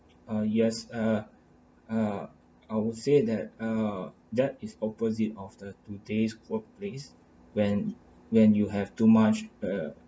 ah yes ah (uh)I would say that uh that is opposite of the today's workplace when when you have too much uh